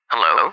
Hello